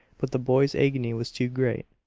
but the boy's agony was too great.